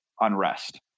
unrest